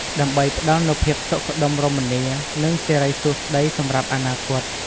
ដើម្បីផ្តល់នូវភាពសុខដុមរមនា និងសិរីសួស្តីសម្រាប់អនាគត។